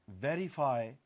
verify